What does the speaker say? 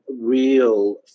real